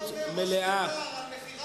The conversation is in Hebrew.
מה היה אומר ראש בית"ר על מכירת קרקעות המדינה?